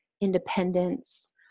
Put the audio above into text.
independence